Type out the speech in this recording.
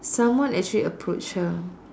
someone actually approached her